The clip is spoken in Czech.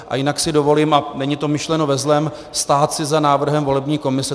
A jinak si dovolím, a není to myšleno ve zlém, stát si za návrhem volební komise.